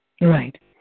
Right